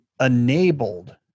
enabled